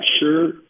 sure